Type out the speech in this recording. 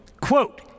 Quote